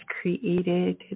created